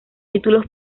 títulos